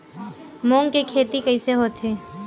मूंग के खेती कइसे होथे?